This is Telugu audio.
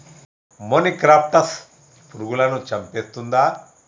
మొనిక్రప్టస్ పురుగులను చంపేస్తుందా?